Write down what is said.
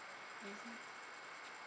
mmhmm